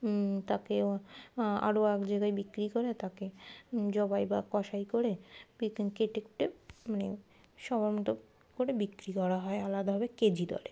তাকেও আরও এক জায়গায় বিক্রি করে তাকে জবাই বা কষাই করে কেটে মানে সবার মতো করে বিক্রি করা হয় আলাদাভাবে কেজি দরে